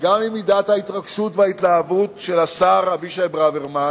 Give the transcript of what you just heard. וגם ממידת ההתרגשות וההתלהבות של השר אבישי ברוורמן,